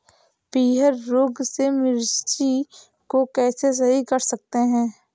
पीहर रोग से मिर्ची को कैसे सही कर सकते हैं?